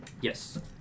Yes